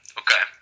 okay